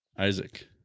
Isaac